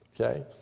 Okay